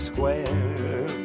Square